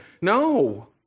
No